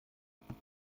problem